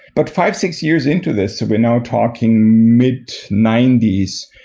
but, five, six years into this, we're now talking mid ninety s.